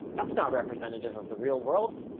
that's not representative of the real world.